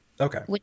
Okay